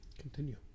Continue